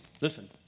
Listen